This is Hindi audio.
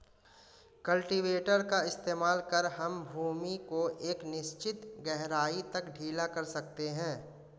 कल्टीवेटर का इस्तेमाल कर हम भूमि को एक निश्चित गहराई तक ढीला कर सकते हैं